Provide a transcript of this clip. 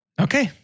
Okay